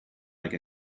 like